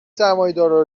سرمایهدارها